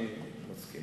אני מסכים.